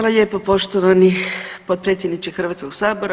lijepo poštovani potpredsjedniče Hrvatskog sabora.